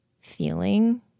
feeling